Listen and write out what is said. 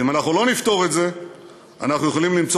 ואם אנחנו לא נפתור את זה אנחנו יכולים למצוא